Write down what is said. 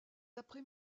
après